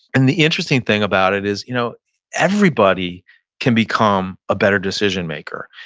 and the interesting thing about it is you know everybody can become a better decision maker,